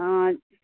हँ